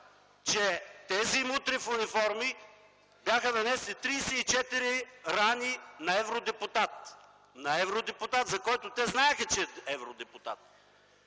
че тези мутри в униформи бяха нанесли 34 рани на евродепутат – на евродепутат, за който те знаеха, че е евродепутат.